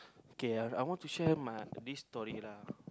okay I I want to share my this story lah